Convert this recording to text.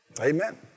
Amen